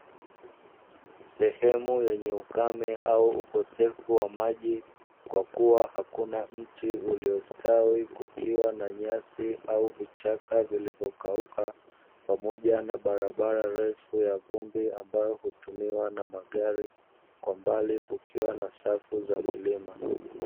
Sehemu yenye ukame au ukosefu wa maji kwa kuwa hakuna mti uliostawi, kukiwa na nyasi au vichaka vilivyokauka pamoja na barabara ndefu ya vumbi ambayo hutumika na magari. Kwa mbali kukiwa na safu za milima.